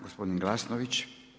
Gospodin Glasnović.